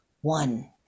one